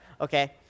okay